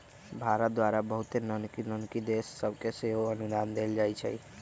भारत द्वारा बहुते नन्हकि नन्हकि देश सभके सेहो अनुदान देल जाइ छइ